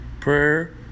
Prayer